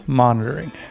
monitoring